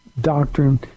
doctrine